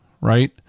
right